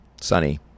sunny